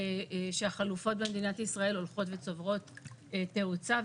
והחלופות במדינת ישראל הולכות וצוברות תאוצה,